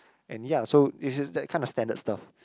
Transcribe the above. and ya so it's that kind of standard stuff